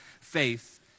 faith